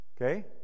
Okay